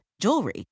jewelry